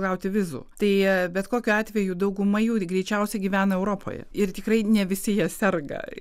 gauti vizų tai bet kokiu atveju dauguma jų greičiausiai gyvena europoje ir tikrai ne visi jie serga